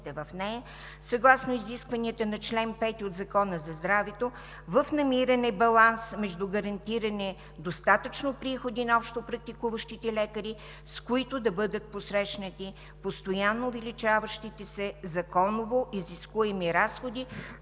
в нея, съгласно изискванията на чл. 5 от Закона за здравето в намиране на баланс между гарантиране на достатъчно приходи на общопрактикуващите лекари, с които да бъдат посрещнати постоянно увеличаващите се законово изискуеми разходи,